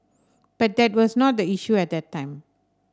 but that was not the issue at that time